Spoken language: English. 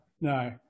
no